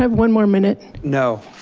have one more minute? no,